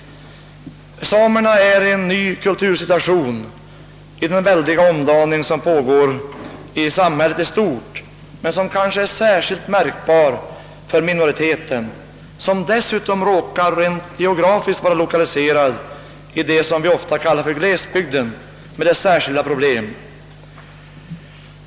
Samerna befinner sig i en ny kultursituation vid den väldiga omdaning, som pågår i samhället i stort men som kanske är särskilt märkbar för en minoritet, som dessutom rent geografiskt råkar vara lokaliserad till det som vi ofta kallar glesbygden med dess särskilda problem.